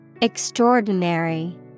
Extraordinary